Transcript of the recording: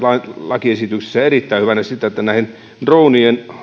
lakiesityksessä erittäin hyvänä sitä että näiden dronien